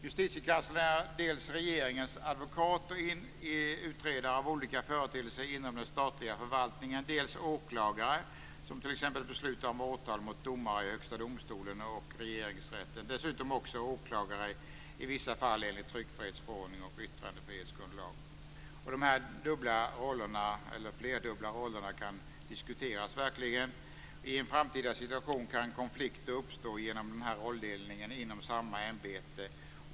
Justitiekanslern är dels regeringens advokat och utredare av olika företeelser inom den statliga förvaltningen, dels åklagare som t.ex. beslutar om åtal mot domare i Högsta domstolen och Regeringsrätten och dessutom åklagare i vissa fall enligt tryckfrihetsförordningen och yttrandefrihetsgrundlagen. Dessa flerdubbla roller kan verkligen diskuteras. I en framtida situation kan konflikter uppstå genom den här rolldelningen inom samma ämbete.